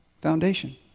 foundation